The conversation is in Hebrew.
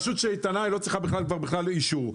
שרשות איתנה לא צריכה בכלל אישור.